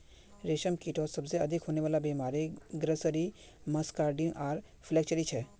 रेशमकीटत सबसे अधिक होने वला बीमारि ग्रासरी मस्कार्डिन आर फ्लैचेरी छे